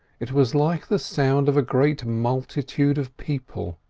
it was like the sound of a great multitude of people,